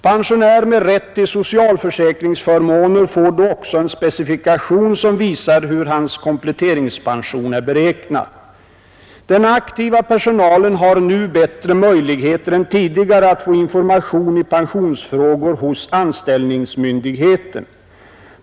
Pensionär med rätt till socialförsäkringsförmåner får då också en specifikation som visar hur hans kompletteringspension är beräknad. Den aktiva personalen har nu bättre möjligheter än tidigare att få information i pensionsfrågor hos anställningsmyndigheten.